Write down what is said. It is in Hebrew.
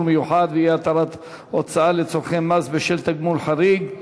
מיוחד ואי-התרת הוצאה לצורכי מס בשל תגמול חריג),